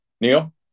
Neil